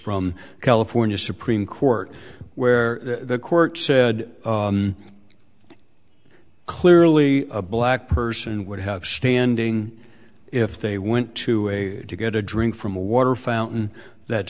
from california supreme court where the court said clearly a black person would have standing if they went to a to get a drink from a water fountain that